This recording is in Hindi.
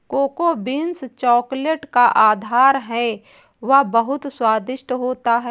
कोको बीन्स चॉकलेट का आधार है वह बहुत स्वादिष्ट होता है